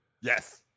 yes